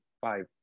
five